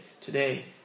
today